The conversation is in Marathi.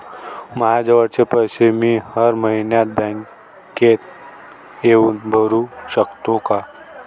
मायाजवळचे पैसे मी हर मइन्यात बँकेत येऊन भरू सकतो का?